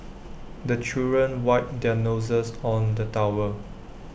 the children wipe their noses on the towel